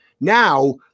Now